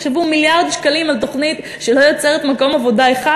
תחשבו: מיליארד שקלים על תוכנית שלא יוצרת מקום עבודה אחד,